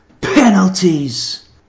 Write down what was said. Penalties